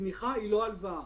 תמיכה היא לא הלוואה.